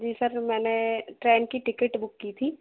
जी sir मैंने train की ticket book की थी